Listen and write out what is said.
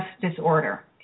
disorder